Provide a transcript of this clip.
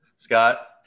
Scott